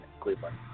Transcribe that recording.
Cleveland